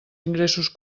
ingressos